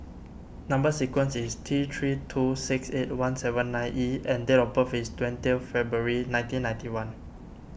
Number Sequence is T three two six eight one seven nine E and date of birth is twentieth February nineteen ninety one